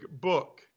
book